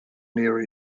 near